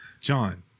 John